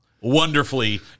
wonderfully